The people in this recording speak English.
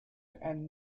and